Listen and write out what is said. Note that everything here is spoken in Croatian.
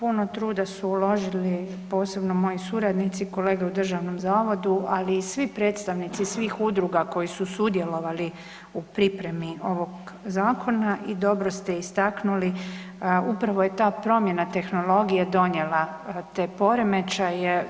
Puno truda su uložili posebno moji suradnici, kolege u državnom zavodu, ali i svi predstavnici iz svih udruga koji su sudjelovali u pripremi ovog zakona i dobro ste istaknuli upravo je ta promjena tehnologije donijela te poremećaje.